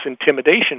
intimidation